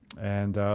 and